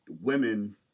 women